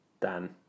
Dan